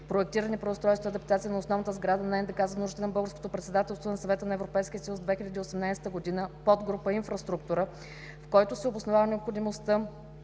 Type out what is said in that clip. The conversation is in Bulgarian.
„Проектиране, преустройство и адаптация на основната сграда на НДК за нуждите на Българското председателство на Съвета на Европейския съюз - 2018 г.“ подгрупа „Инфраструктура“, в който се обосновава необходимостта